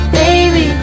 baby